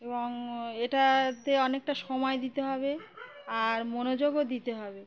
এবং এটাতে অনেকটা সময় দিতে হবে আর মনোযোগও দিতে হবে